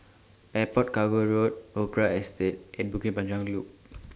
Airport Cargo Road Opera Estate and Bukit Panjang Loop